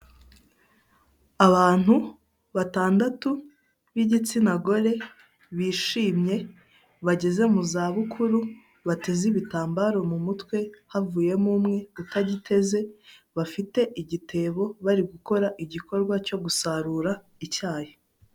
Abantu batandatu b'igitsina gore, bishimye, bageze mu zabukuru, bateze ibitambaro mu mutwe, havuyemo umwe utagiteze, bafite igitebo bari gukora igikorwa cyo gusarura icyayi.